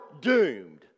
doomed